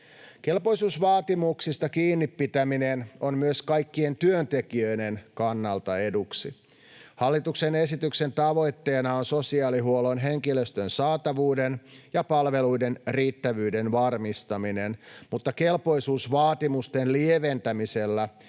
Kelpoisuusvaatimuksista kiinni pitäminen on myös kaikkien työntekijöiden kannalta eduksi. Hallituksen esityksen tavoitteena on sosiaalihuollon henkilöstön saatavuuden ja palveluiden riittävyyden varmistaminen, mutta kelpoisuusvaatimusten lieventämisellä